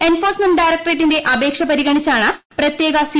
enforcement ഡയറക്ടറേറ്റിന്റെ അപേക്ഷ പരിഗണിച്ചാണ് പ്രത്യേക സി